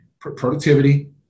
productivity